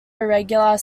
irregular